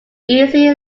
easily